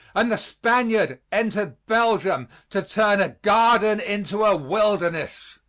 and the spaniard entered belgium to turn a garden into a wilderness.